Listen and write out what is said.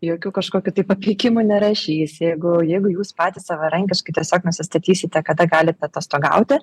jokių kažkokių tai papeikimų nerašys jeigu jeigu jūs patys savarankiškai tiesiog nusistatysite kada galit atostogauti